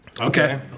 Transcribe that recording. Okay